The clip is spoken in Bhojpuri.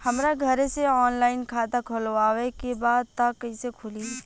हमरा घरे से ऑनलाइन खाता खोलवावे के बा त कइसे खुली?